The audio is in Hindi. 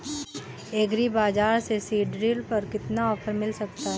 एग्री बाजार से सीडड्रिल पर कितना ऑफर मिल सकता है?